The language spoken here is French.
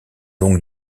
longue